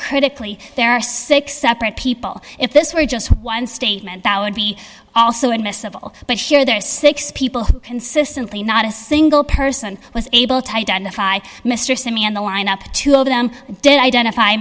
critically there are six separate people if this were just one statement that would be also admissible but here there are six people who consistently not a single person was able to identify mr semi in the lineup two of them did identify